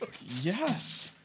Yes